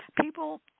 people